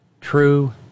true